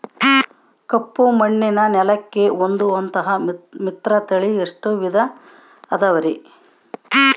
ಕಪ್ಪುಮಣ್ಣಿನ ನೆಲಕ್ಕೆ ಹೊಂದುವಂಥ ಮಿಶ್ರತಳಿ ಎಷ್ಟು ವಿಧ ಅದವರಿ?